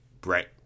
Brett